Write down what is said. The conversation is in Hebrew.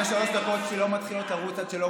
שלוש הדקות שלי לא מתחילות לרוץ עד שלא נותנים לי לדבר.